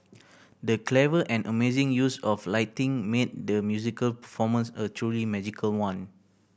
the clever and amazing use of lighting made the musical performance a truly magical one